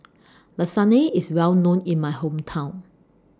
Lasagne IS Well known in My Hometown